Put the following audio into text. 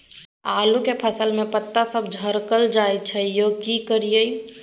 आलू के फसल में पता सब झरकल जाय छै यो की करियैई?